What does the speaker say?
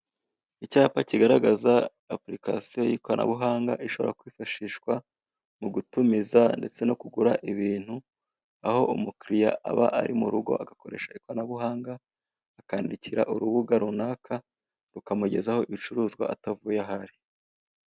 Icyapa kigaragaza apurikasiyo y'ikoranabuhanga, ishobora kwifashishwa mu gutumiza ndetse no kugura ibintu; aho umukiliya aba ari mu rugo agakoresha ikoranabuhanga akandikira urubuga runaka, rukamugezaho ibicuruzwa atavuye aho ari.